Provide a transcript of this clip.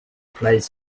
place